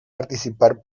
participar